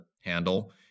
handle